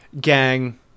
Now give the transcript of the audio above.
gang